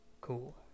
cool